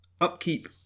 Upkeep